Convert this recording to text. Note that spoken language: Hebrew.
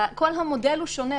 כל המודל שונה.